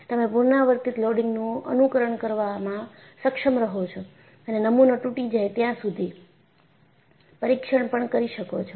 તમે પુનરાવર્તિત લોડિંગનું અનુકરણ કરવામાં સક્ષમ રહો છો અને નમુનો તૂટી જાય ત્યાં સુધી પરીક્ષણ પણ કરી શકો છો